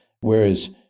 Whereas